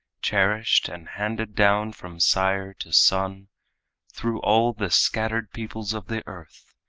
cherished and handed down from sire to son through all the scattered peoples of the earth,